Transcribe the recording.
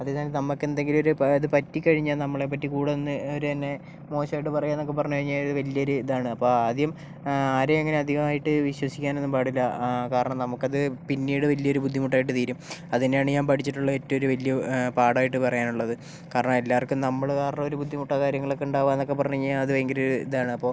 അതേ സമയം നമുക്കെന്തെങ്കിലും ഒരു ഇത് പറ്റിക്കഴിഞ്ഞാൽ നമ്മളെപ്പറ്റി കൂടെ നിന്നവര് തന്നെ മോശമായിട്ട് പറയുക എന്നൊക്കെ പറഞ്ഞു കഴിഞ്ഞാൽ അത് വലിയൊരിതാണ് അപ്പം ആദ്യം ആരേയും അധികമായിട്ട് വിശ്വസിക്കാൻ ഒന്നും പാടില്ല കാരണം നമുക്കത് പിന്നീട് വലിയൊരു ബുദ്ധിമുട്ടായിട്ട് തീരും അത് തന്നെയാണ് ഞാൻ പഠിച്ചിട്ടുള്ള ഏറ്റവും ഒരു വലിയ ഒരു പാഠമായിട്ട് പറയാൻ ഉള്ളത് കാരണം എല്ലാവർക്കും നമ്മള് കാരണം ഒരു ബുദ്ധിമുട്ടോ കാര്യങ്ങളൊക്കെ ഉണ്ടാവുക എന്നൊക്കെ പറഞ്ഞു കഴിഞ്ഞാൽ അത് ഭയങ്കര ഒരു ഇതാണ് അപ്പോൾ